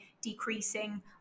decreasing